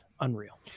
Unreal